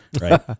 Right